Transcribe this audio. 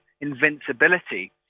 invincibility